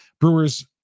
Brewers